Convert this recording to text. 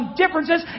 differences